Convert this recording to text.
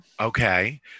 Okay